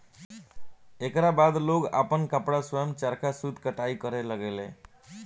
एकरा बाद लोग आपन कपड़ा स्वयं चरखा सूत कताई करे लगले